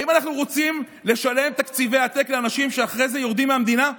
האם אנחנו רוצים לשלם תקציבי עתק לאנשים שאחר כך יורדים מהמדינה?